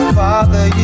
father